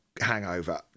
hangover